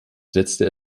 setzte